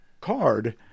card